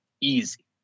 easy